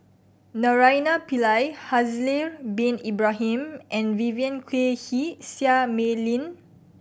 Naraina Pillai Haslir Bin Ibrahim and Vivien Quahe Seah Mei Lin